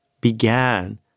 began